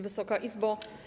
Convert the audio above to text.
Wysoka Izbo!